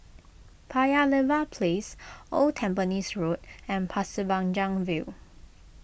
Paya Lebar Place Old Tampines Road and Pasir Panjang View